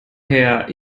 her